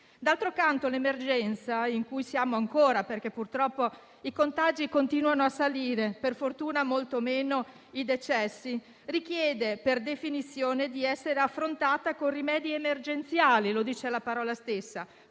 D'altro canto, l'emergenza in cui siamo ancora - purtroppo i contagi continuano a salire, ma per fortuna molto meno i decessi - richiede, per definizione, di essere affrontata con rimedi emergenziali (lo dice la parola stessa),